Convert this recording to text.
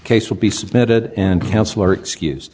case will be submitted and counsel are excuse